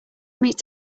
meet